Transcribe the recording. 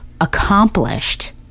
accomplished